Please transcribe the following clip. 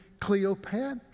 Cleopatra